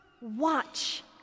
watch